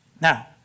Now